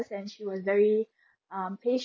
and she was very um pa~